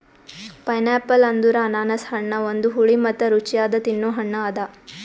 pineapple ಅಂದುರ್ ಅನಾನಸ್ ಹಣ್ಣ ಒಂದು ಹುಳಿ ಮತ್ತ ರುಚಿಯಾದ ತಿನ್ನೊ ಹಣ್ಣ ಅದಾ